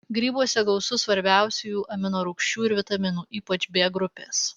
grybuose gausu svarbiausiųjų amino rūgščių ir vitaminų ypač b grupės